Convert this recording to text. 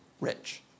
rich